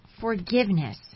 forgiveness